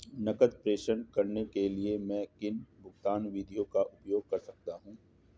नकद प्रेषण करने के लिए मैं किन भुगतान विधियों का उपयोग कर सकता हूँ?